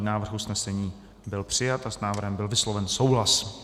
Návrh usnesení byl přijat a s návrhem byl vysloven souhlas.